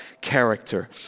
character